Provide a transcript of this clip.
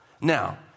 Now